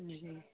جی